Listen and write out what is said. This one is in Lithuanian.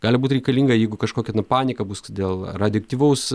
gali būt reikalinga jeigu kažkokia na panika bus dėl radioaktyvaus